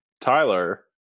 Tyler